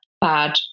bad